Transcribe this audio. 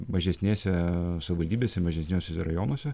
mažesnėse savivaldybėse mažesniuose rajonuose